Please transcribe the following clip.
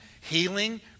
healing